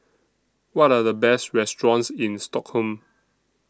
What Are The Best restaurants in Stockholm